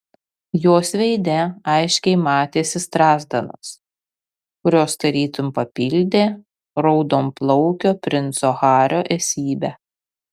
jos veide aiškiai matėsi strazdanos kurios tarytum papildė raudonplaukio princo hario esybę